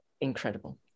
incredible